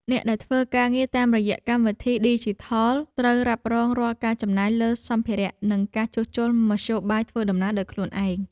អ្នកដែលធ្វើការងារតាមរយៈកម្មវិធីឌីជីថលត្រូវរ៉ាប់រងរាល់ការចំណាយលើសម្ភារៈ និងការជួសជុលមធ្យោបាយធ្វើដំណើរដោយខ្លួនឯង។